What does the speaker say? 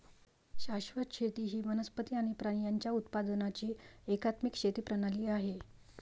शाश्वत शेती ही वनस्पती आणि प्राणी यांच्या उत्पादनाची एकात्मिक शेती प्रणाली आहे